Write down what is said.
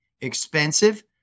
expensive